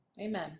amen